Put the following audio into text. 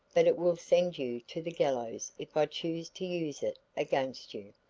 but it will send you to the gallows if i choose to use it against you.